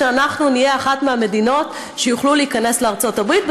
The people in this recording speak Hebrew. שאנחנו נהיה אחת מהמדינות שיוכלו להיכנס לארצות הברית,